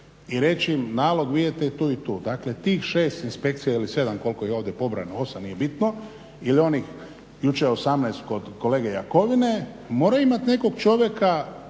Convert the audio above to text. i reći im nalog vi idete tu i tu. Dakle tih 6 inspekcija ili 7, koliko ih je ovdje pobrojano, 8, nije bitno ili onih jučer 18 kod kolege Jakovine, mora imati nekog čovjeka,